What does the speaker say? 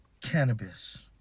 cannabis